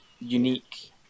unique